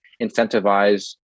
incentivize